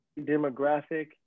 demographic